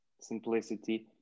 Simplicity